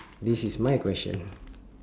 this is my question